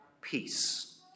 peace